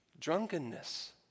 drunkenness